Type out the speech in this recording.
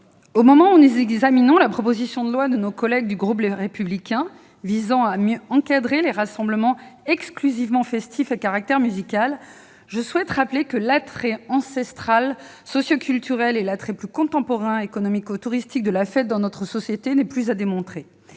au moment où nous examinons la proposition de loi de nos collègues du groupe Les Républicains visant à mieux encadrer les rassemblements exclusivement festifs à caractère musical, je souhaite rappeler que l'attrait ancestral socioculturel et l'attrait plus contemporain économico-touristique de la fête dans notre société ne sont plus à démontrer.